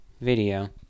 Video